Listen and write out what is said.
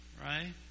right